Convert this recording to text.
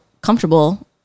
comfortable